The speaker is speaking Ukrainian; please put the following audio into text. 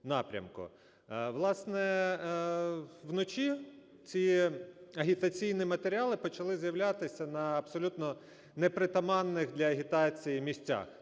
Власне, вночі ці агітаційні матеріали почали з'являтися на абсолютно не притаманних для агітації місцях